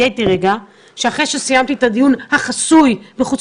אחרי שסיימתי את הדיון החסוי בחוץ